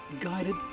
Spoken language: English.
guided